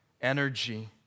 energy